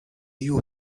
you